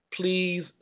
please